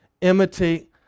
imitate